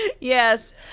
Yes